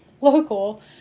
local